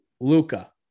Luca